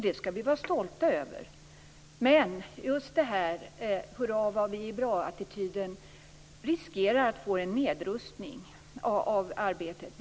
Det skall vi vara stolta över, men just den här hurra-vadvi-är-bra-attityden riskerar en nedrustning av arbetet.